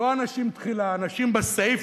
לא אנשים תחילה, אנשים בסיפא.